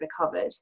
recovered